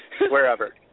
Wherever